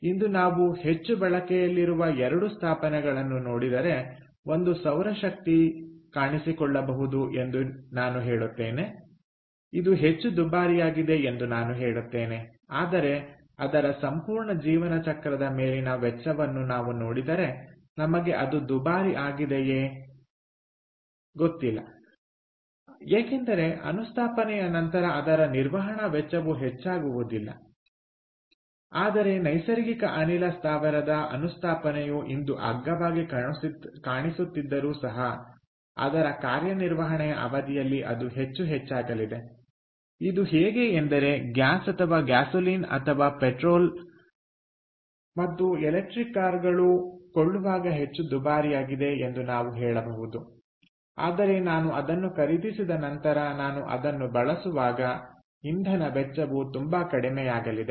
ಇಂದು ನಾವು ಹೆಚ್ಚು ಬಳಕೆಯಲ್ಲಿರುವ 2 ಸ್ಥಾಪನೆಗಳನ್ನು ನೋಡಿದರೆ ಒಂದು ಸೌರ ಶಕ್ತಿ ಕಾಣಿಸಿಕೊಳ್ಳಬಹುದು ಎಂದು ನಾನು ಹೇಳುತ್ತೇನೆ ಇದು ಹೆಚ್ಚು ದುಬಾರಿಯಾಗಿದೆ ಎಂದು ನಾನು ಹೇಳುತ್ತೇನೆ ಆದರೆ ಅದರ ಸಂಪೂರ್ಣ ಜೀವನ ಚಕ್ರದ ಮೇಲಿನ ವೆಚ್ಚವನ್ನು ನಾವು ನೋಡಿದರೆ ನಮಗೆ ಅದು ದುಬಾರಿ ಆಗಿದೆಯೇ ಗೊತ್ತಿಲ್ಲ ಏಕೆಂದರೆ ಅನುಸ್ಥಾಪನೆಯ ನಂತರ ಅದರ ನಿರ್ವಹಣಾ ವೆಚ್ಚವು ಹೆಚ್ಚಾಗುವುದಿಲ್ಲ ಆದರೆ ನೈಸರ್ಗಿಕ ಅನಿಲ ಸ್ಥಾವರದ ಅನುಸ್ಥಾಪನೆಯು ಇಂದು ಅಗ್ಗವಾಗಿ ಕಾಣಿಸುತ್ತಿದ್ದರೂ ಸಹ ಅದರ ಕಾರ್ಯನಿರ್ವಹಣೆಯ ಅವಧಿಯಲ್ಲಿ ಅದು ಹೆಚ್ಚು ಹೆಚ್ಚಾಗಲಿದೆ ಇದು ಹೇಗೆ ಎಂದರೆ ಗ್ಯಾಸ್ ಅಥವಾ ಗ್ಯಾಸೋಲಿನ್ ಅಥವಾ ಪೆಟ್ರೋಲ್ ಮತ್ತು ಎಲೆಕ್ಟ್ರಿಕ್ ಕಾರುಗಳು ಕೊಳ್ಳುವಾಗ ಹೆಚ್ಚು ದುಬಾರಿಯಾಗಿದೆ ಎಂದು ನಾವು ಹೇಳಬಹುದು ಆದರೆ ನಾನು ಅದನ್ನು ಖರೀದಿಸಿದ ನಂತರ ನಾನು ಅದನ್ನು ಬಳಸುವಾಗ ಇಂಧನ ವೆಚ್ಚವು ತುಂಬಾ ಕಡಿಮೆಯಾಗಲಿದೆ